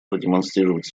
продемонстрировать